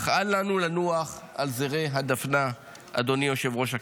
אך אל לנו לנוח על זרי הדפנה, אדוני היושב-ראש.